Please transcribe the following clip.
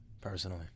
personally